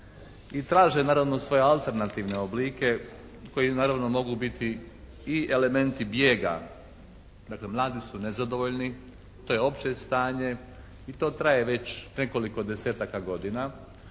i traže naravno svoje alternativne oblike koji naravno mogu biti i elementi bijega. Dakle, mladi su nezadovoljni. To je opće stanje i to traje već nekoliko desetaka godina,